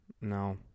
No